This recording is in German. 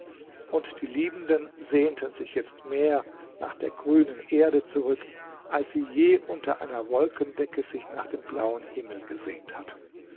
und die liebenden sehnten sich jetzt mehr nach der grünen erde zurück als sie je unter einer wolkendecke sich nach dem blauen himmel gesehnt hatten